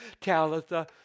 Talitha